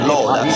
Lord